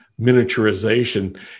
miniaturization